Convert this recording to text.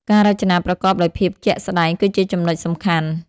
ការរចនាប្រកបដោយភាពជាក់ស្តែងគឺជាចំណុចសំខាន់។